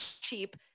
cheap